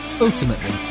Ultimately